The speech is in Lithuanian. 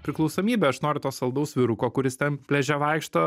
priklausomybė aš noriu to saldaus vyruko kuris ten pliaže vaikšto